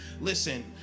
listen